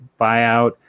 buyout